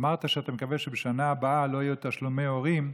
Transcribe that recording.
אמרת שאתה מקווה שבשנה הבאה לא יהיו תשלומי הורים,